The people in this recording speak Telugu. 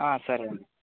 సరేనండీ